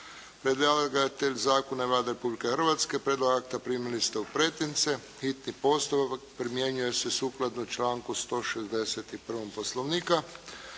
Predlagatelj zakona je Vlada Republike Hrvatske. Prijedlog akta primili ste u pretince. Hitni postupak primjenjuje se sukladno članku 161. Poslovnika.